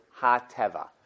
HaTeva